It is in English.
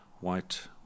white